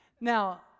Now